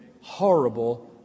horrible